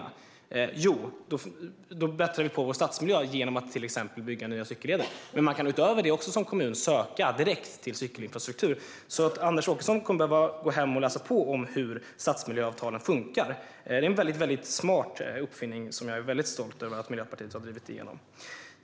Kommunen svarar då: Vi bättrar på vår stadsmiljö genom att till exempel bygga nya cykelleder. Utöver detta kan man som kommun söka direkt till cykelinfrastruktur. Det är det andra. Anders Åkesson kommer att behöva gå hem och läsa på om hur stadsmiljöavtalen funkar. Det är en smart uppfinning som jag är väldigt över att Miljöpartiet har drivit igenom.